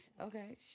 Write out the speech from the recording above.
Okay